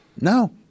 No